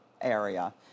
area